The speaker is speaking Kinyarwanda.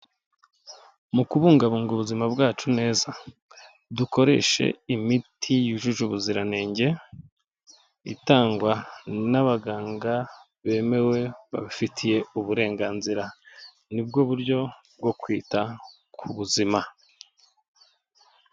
Mu kubungabunga ubuzima bwacu neza dukoreshe imiti yujuje ubuziranenge itangwa n'abaganga bemewe babifitiye uburenganzira, ni bwo buryo bwo kwita ku buzima.